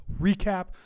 recap